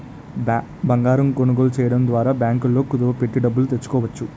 బంగారం కొనుగోలు చేయడం ద్వారా బ్యాంకుల్లో కుదువ పెట్టి డబ్బులు తెచ్చుకోవచ్చు